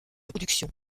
production